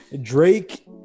Drake